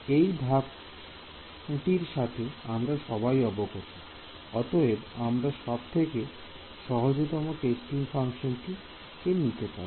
এই ধাপটি র সাথে আমরা সবাই অবগত অতএব আমরা সব থেকে সহজতম টেস্টিং ফাংশন কি নিতে পারি